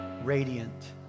radiant